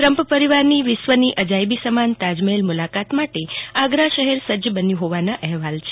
Trump પરિવારની વિશ્વની અજાયબી સમાન તાજમહેલ મુલાકાત માટે આગ્રા શહેર સજ્જ બન્યુ હોવાના અહેવાલ છે